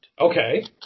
Okay